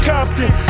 Compton